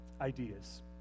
ideas